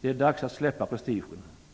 Det är dags att släppa prestigen.